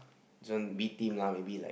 this one B team lah maybe like